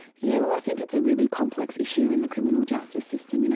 you know i think it's a really complex issue in the criminal justice system. you know